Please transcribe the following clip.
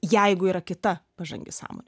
jeigu yra kita pažangi sąmonė